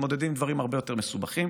מתמודדים עם דברים הרבה יותר מסובכים.